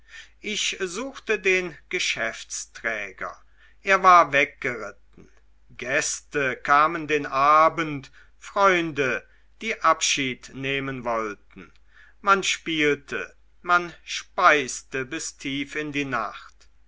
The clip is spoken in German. ich suchte den geschäftsträger er war weggeritten gäste kamen den abend freunde die abschied nehmen wollten man spielte man speiste bis tief in die nacht